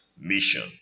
mission